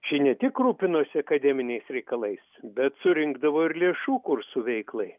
ši ne tik rūpinosi akademiniais reikalais bet surinkdavo ir lėšų kursų veiklai